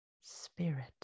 spirit